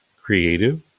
creative